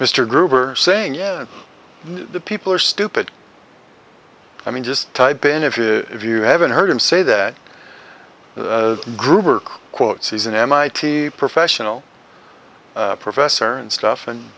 mr gruber saying yes the people are stupid i mean just type in if you if you haven't heard him say that gruber quote sees an mit professional professor and stuff and